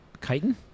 Chitin